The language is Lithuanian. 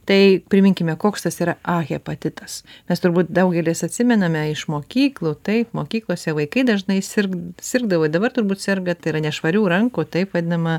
tai priminkime koks tas yra a hepatitas nes turbūt daugelis atsimename iš mokyklų taip mokyklose vaikai dažnai sirgo sirgdavo ir dabar turbūt serga tai yra nešvarių rankų taip vadinama